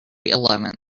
eleventh